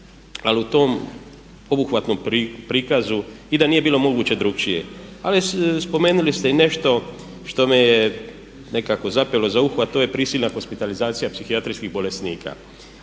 ali u tom obuhvatnom prikazu, i da nije bilo moguće drukčije. Ali spomenuli ste i nešto što mi je nekako zapelo za uho a to je prisilna hospitalizacija psihijatrijskih bolesnika.